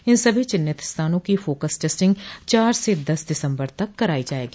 इन सभी चिन्हित स्थानों की फोकस टेस्टिंग चार से दस दिसम्बर तक कराई जायेगी